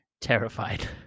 terrified